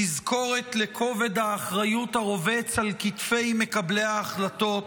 תזכורת לכובד האחריות הרובץ על כתפי מקבלי ההחלטות.